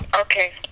Okay